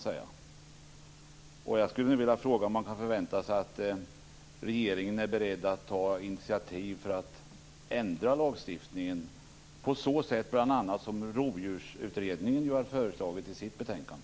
Jag skulle nu vilja fråga om man kan förvänta sig att regeringen är beredd att ta initiativ för att ändra lagstiftningen, bl.a. på så sätt som Rovdjursutredningen har föreslagit i sitt betänkande.